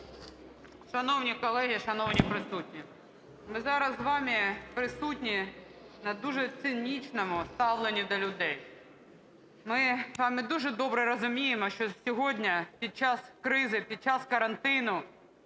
Шановні колеги, шановні присутні! Ми зараз з вами присутні на дуже цинічному ставленні до людей. Ми з вами дуже добре розуміємо, що сьогодні, під час кризи, під час карантину,